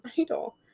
idol